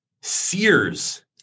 Sears